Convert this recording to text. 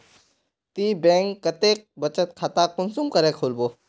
ती बैंक कतेक बचत खाता कुंसम करे खोलबो?